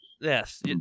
Yes